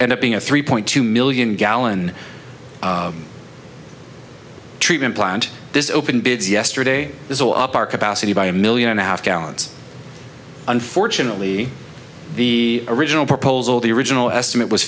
end up being a three point two million gallon treatment plant this open bids yesterday is all up our capacity by a million and a half gallon unfortunately the original proposal the original estimate was